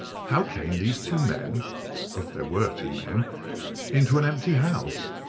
how came these two men if there were two men into an empty house?